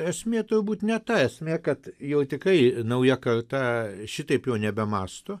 esmė turbūt ne ta esmė kad jau tikrai nauja karta šitaip jau nebemąsto